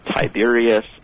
Tiberius